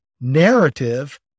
narrative